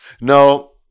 No